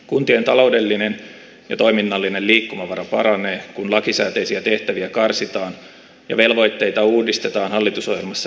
kuntien taloudellinen ja toiminnallinen liikkumavara paranee kun lakisääteisiä tehtäviä karsitaan ja velvoitteita uudistetaan hallitusohjelmassa esitetyllä tavalla